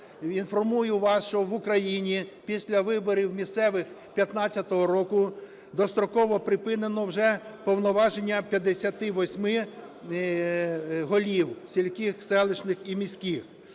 Інформую вас, що в Україні після виборів місцевих 15-го року достроково припинено вже повноваження 58 голів сільських, селищних і міських.